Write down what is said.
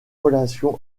relation